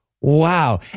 Wow